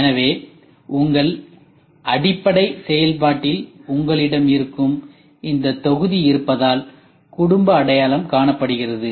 எனவே உங்கள் அடிப்படை செயல்பாட்டில் உங்களிடம் ஏற்கனவே இந்த தொகுதி இருப்பதால் குடும்ப அடையாளம் காணப்படுகிறது